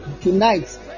Tonight